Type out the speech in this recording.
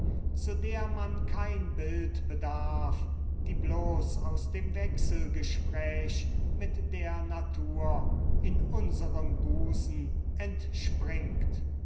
zu der man kein bild bedarf die bloß aus dem wechselgespräch mit der natur in unserem busen entspringt